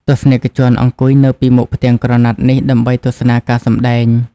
ទស្សនិកជនអង្គុយនៅពីមុខផ្ទាំងក្រណាត់នេះដើម្បីទស្សនាការសម្តែង។